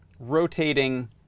rotating